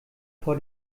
vor